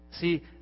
See